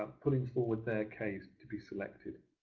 um putting forward their case to be selected.